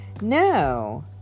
no